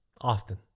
often